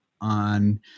on